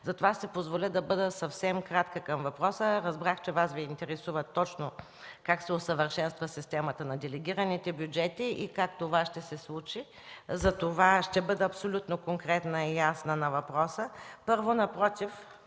Затова ще си позволя да бъда съвсем кратка с отговора. Разбрах, че Вас Ви интересува как точно се усъвършенства системата на делегираните бюджети и как това ще се случи. Затова ще бъда абсолютно конкретна и ясна към въпроса. Първо, напротив,